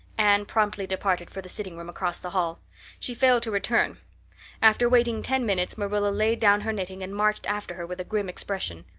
anne promptly departed for the sitting-room across the hall she failed to return after waiting ten minutes marilla laid down her knitting and marched after her with a grim expression.